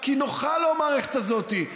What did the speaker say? כי נוחה לו המערכת הזאת,